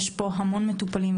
יש פה המון מטופלים,